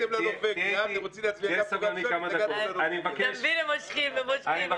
אתה מבין, הם מושכים ומושכים,